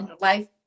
life